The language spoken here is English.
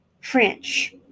french